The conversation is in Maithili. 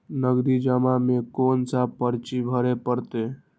नगदी जमा में कोन सा पर्ची भरे परतें?